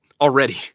already